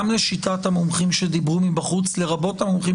גם לשיטת המומחים שדיברו מבחוץ, לרבות המומחים